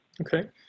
Okay